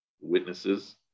witnesses